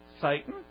Satan